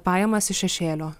pajamas iš šešėlio